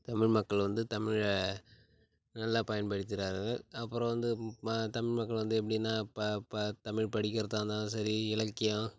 தமிழ் மக்கள் வந்து தமிழை நல்லா பயன்படுத்துகிறார்கள் அப்பறம் வந்து தமிழ் மக்கள் வந்து எப்படின்னா இப்போ இப்போ தமிழ் படிக்கிறதாக இருந்தாலும் சரி இலக்கியம்